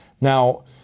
Now